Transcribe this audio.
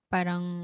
Parang